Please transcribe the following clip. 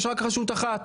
יש רק רשות אחת.